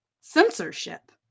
censorship